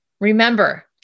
Remember